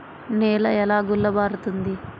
నేల ఎలా గుల్లబారుతుంది?